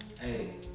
Hey